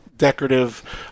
decorative